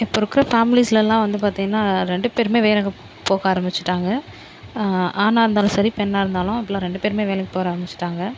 இப்போ இருக்கிற ஃபேமிலிஸ்லலாம் வந்து பார்த்தீங்கன்னா ரெண்டு பேருமே வேலைக்கு போக ஆரம்பிச்சிவிட்டாங்க ஆணாக இருந்தாலும் சரி பெண்ணாக இருந்தாலும் இப்போலாம் ரெண்டு பேருமே வேலைக்கு போகற ஆரம்பிச்சிவிட்டாங்க